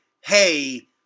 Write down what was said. hey